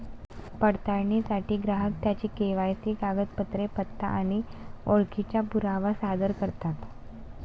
पडताळणीसाठी ग्राहक त्यांची के.वाय.सी कागदपत्रे, पत्ता आणि ओळखीचा पुरावा सादर करतात